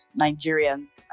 Nigerians